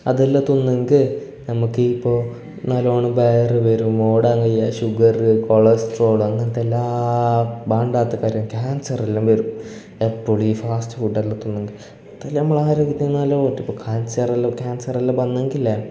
അതെല്ലെ തിന്നെങ്കിൽ നമുക്കിപ്പോൾ നല്ലോണം ബയറ് വരും ഓടാൻ കയ്യ ഷുഗറ് കൊളസ്ട്രോള് അങ്ങനത്തെ എല്ലാ ബാണ്ടാത്ത കാര്യം ക്യാൻസറെല്ല വരും എപ്പോഴും ഈ ഫാസ്റ്റ് ഫുഡെല്ലാം തിന്നുങ്കിൽ അതെല്ലാം നമ്മളുടെ ആരോഗ്യത്തിന് നല്ലത് പോയിട്ട് ഇപ്പോൾ ക്യാൻസറെല്ല ക്യാൻസറെല്ല വന്നെങ്കിൽ ഇല്ലെ